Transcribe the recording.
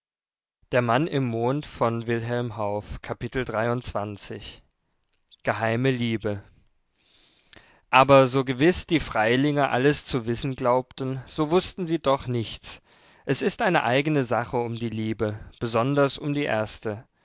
geheime liebe aber so gewiß die freilinger alles zu wissen glaubten so wußten sie doch nichts es ist eine eigene sache um die liebe besonders um die erste